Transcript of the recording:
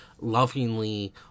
lovingly